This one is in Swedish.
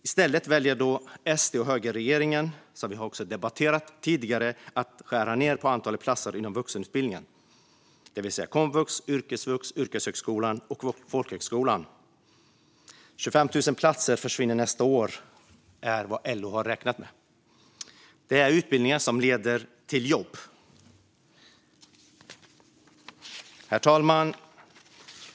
I stället väljer SD och högerregeringen - något vi också har debatterat tidigare - att skära ned på antalet platser inom vuxenutbildningen, det vill säga komvux, yrkesvux, yrkeshögskolan och folkhögskolan. Nästa år försvinner 25 000 platser. Det är vad LO har räknat med. Det är utbildningar som leder till jobb. Herr talman!